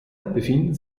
befinden